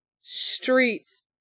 streets